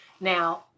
Now